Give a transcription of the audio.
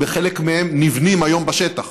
שחלק מהם נבנים היום בשטח,